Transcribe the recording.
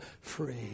free